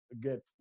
get